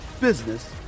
business